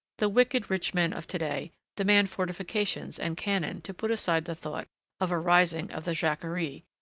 the wicked rich men of to-day demand fortifications and cannon to put aside the thought of a rising of the jacquerie,